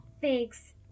Thanks